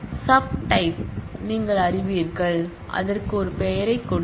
sub type நீங்கள் அறிவீர்கள் அதற்கு ஒரு பெயரைக் கொடுங்கள்